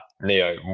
neo